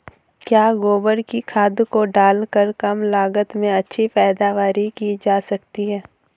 क्या गोबर की खाद को डालकर कम लागत में अच्छी पैदावारी की जा सकती है?